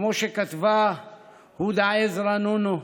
כמו שכתבה הודא עזרא נונו,